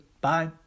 Bye